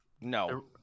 No